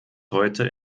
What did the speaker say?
heute